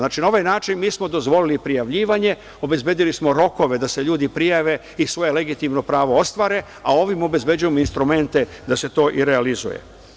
Na ovaj način mi smo dozvolili prijavljivanje, obezbedili smo rokove da se ljudi prijave i svoje legitimno pravo ostvare, a ovim obezbeđujemo instrumente da se to i realizuje.